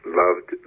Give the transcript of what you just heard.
loved